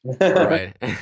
Right